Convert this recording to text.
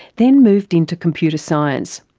then moved into computer science.